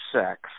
Sex